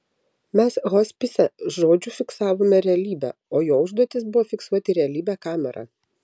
mes hospise žodžiu fiksavome realybę o jo užduotis buvo fiksuoti realybę kamera